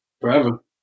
forever